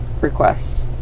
request